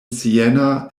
siena